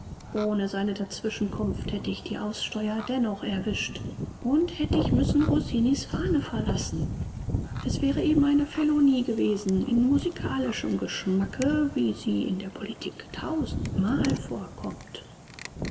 ohne seine dazwischenkunft hätt ich die aussteuer dennoch erwischt und hätt ich müssen rossini's fahne verlassen es wäre eben eine felonie gewesen in musikalischem geschmacke wie sie in der politik tausendmal vorkommt